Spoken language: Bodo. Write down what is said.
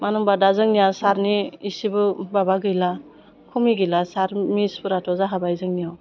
मानो होनबा दा जोंनिया सारनि एसेबो माबा गैला खमि गैला सार मिसफोराथ' जाखाबाय जोंनियाव